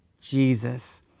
Jesus